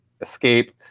escape